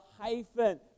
hyphen